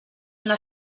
una